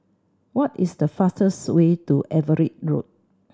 what is the fastest way to Everitt Road